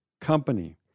company